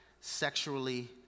sexually